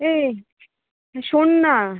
এই এ শোন না